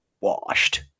washed